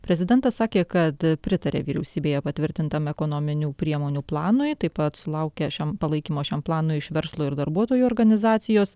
prezidentas sakė kad pritarė vyriausybėje patvirtintam ekonominių priemonių planui taip pat sulaukė šiam palaikymo šiam planui iš verslo ir darbuotojų organizacijos